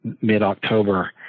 mid-October